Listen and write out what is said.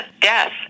death